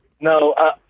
No